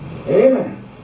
amen